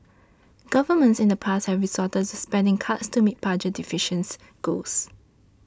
governments in the past have resorted to spending cuts to meet budget deficits goals